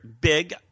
big